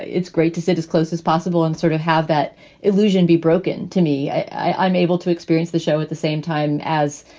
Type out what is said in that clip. it's great to sit as close as possible and sort of have that illusion be broken. to me, i am able to experience the show at the same time as,